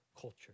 culture